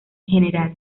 general